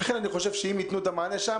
לכן אני חושב שאם ייתנו את המענה שם,